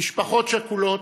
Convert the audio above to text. משפחות שכולות,